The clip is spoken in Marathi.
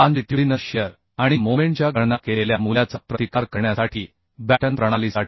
लाँजिट्युडिनल शिअर आणि मोमेंटच्या गणना केलेल्या मूल्याचा प्रतिकार करण्यासाठी बॅटन प्रणालीसाठी